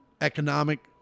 economic